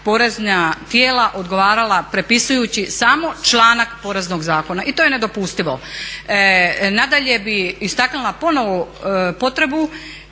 porezna tijela odgovarala prepisujući samo članak Poreznog zakona i to je nedopustivo. Nadalje bi istaknula ponovo potrebu